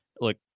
look